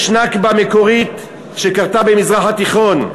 יש נכבה מקורית, שקרתה במזרח התיכון.